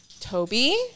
Toby